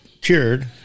cured